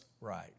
right